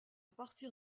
partir